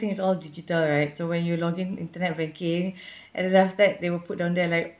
is all digital right so when you log in internet banking and then after that they will put down there like